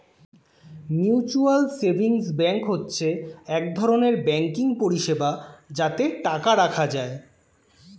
mutual savings bank হচ্ছে এক ধরনের ব্যাঙ্কিং পরিষেবা যাতে টাকা রাখা যায়